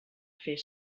fer